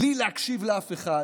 בלי להקשיב לאף אחד.